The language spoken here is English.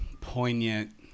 poignant